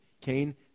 Cain